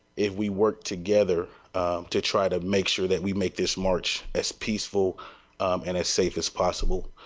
if we worked together to try to make sure that we make this march as peaceful and as safe as possible.